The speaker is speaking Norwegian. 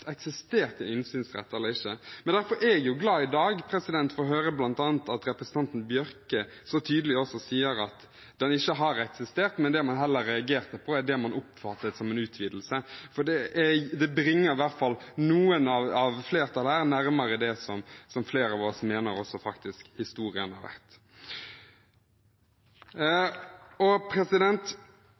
Derfor er jeg glad i dag for å høre bl.a. at representanten Bjørke så tydelig også sier at den ikke har eksistert, men det man heller har reagert på, er det man oppfatter som en utvidelse. Det bringer i hvert fall noe av flertallet nærmere det som flere av oss mener også faktisk har vært historien. Det er, som flere representanter har